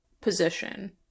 position